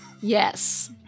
Yes